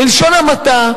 בלשון המעטה,